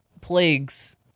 plagues